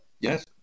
Yes